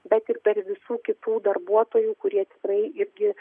bet ir per visų kitų darbuotojų kurie tikrai irgi